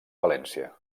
valència